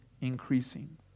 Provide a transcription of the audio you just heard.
increasing